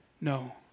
No